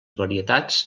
varietats